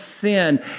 sin